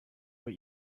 what